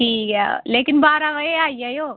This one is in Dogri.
ठीक ऐ लेकिन बारां बजे आई जाएओ